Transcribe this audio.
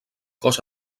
cos